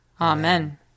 Amen